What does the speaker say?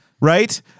Right